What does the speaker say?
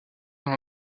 dans